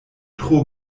tro